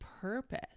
purpose